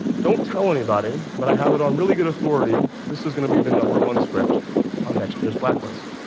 don't tell anybody, anybody, but i have it on really good authority this is going to be the number one script on next year's black list.